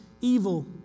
evil